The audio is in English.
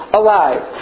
alive